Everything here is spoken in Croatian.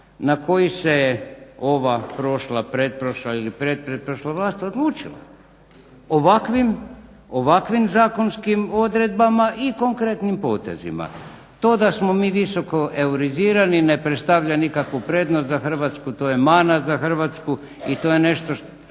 na koji se ova prošla, pretprošla ili pretpretprošla vlast odlučila ovakvim zakonskim odredbama i konkretnim potezima. To da smo mi visoko eurizirani ne predstavlja nikakvu prednost za Hrvatsku, to je mana za Hrvatsku i to je nešto što